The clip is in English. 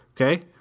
Okay